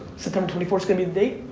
september twenty four th's gonna be the date?